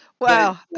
Wow